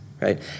right